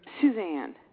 Suzanne